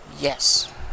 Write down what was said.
Yes